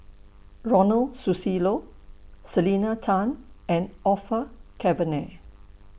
Ronald Susilo Selena Tan and Orfeur Cavenagh